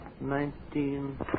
Nineteen